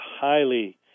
highly